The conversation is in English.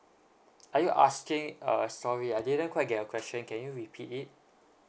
are you asking uh sorry I didn't quite get your question can you repeat it